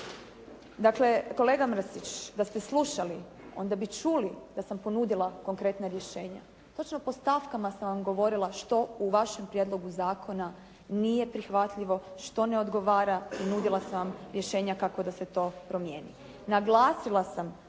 Dakle, kolega Mrsić, da ste slušali, onda bi čuli da sam ponudila konkretna rješenja. Točno po stavkama sam vam govorila što u vašem prijedlogu zakona nije prihvatljivo, što ne odgovara i nudila sam vam rješenja kako da se to promijeni. Naglasila sam